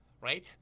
Right